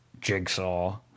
Jigsaw